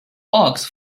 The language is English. hawks